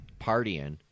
partying